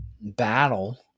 battle